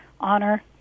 honor